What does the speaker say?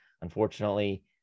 unfortunately